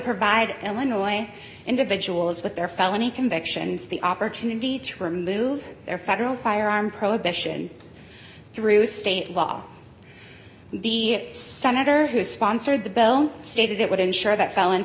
provide illinois individuals with their felony convictions the opportunity to remove their federal firearm prohibition through state law the senator who sponsored the bill stated it would ensure that felons